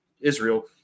Israel